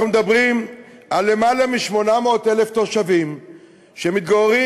אנחנו מדברים על למעלה מ-800,000 תושבים שמתגוררים